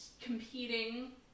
competing